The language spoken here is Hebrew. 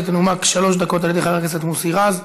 שתנומק בשלוש דקות על ידי חבר הכנסת מוסי רז,